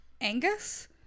Angus